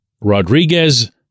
Rodriguez